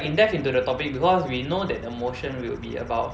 in depth into the topic because we know that the motion will be about